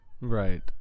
Right